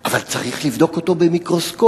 אבל צריך לבדוק אותו במיקרוסקופ.